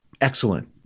Excellent